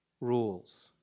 rules